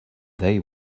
they